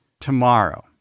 tomorrow